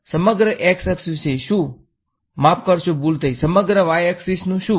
સમગ્ર x અક્ષ વિશે શુ માફ કરશો ભૂલ થઈ સમગ્ર y અક્ષીસ નુ શુ